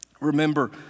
Remember